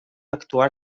actuar